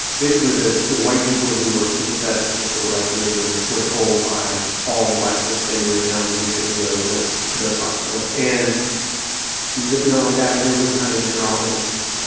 basically, the the white people who were sympathetic to the civil rights movement were told by all the black folks they knew in town that they couldn't go to those to those hospitals and not only that, but there was not a neurologist,